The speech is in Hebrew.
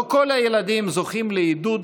לא כל הילדים זוכים לעידוד,